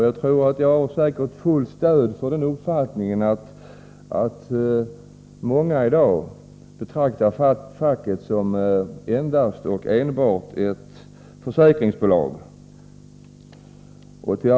Jag har säkert fullt stöd för uppfattningen att många i dag betraktar facket som endast och enbart ett försäkringsbolag. Herr talman!